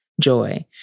joy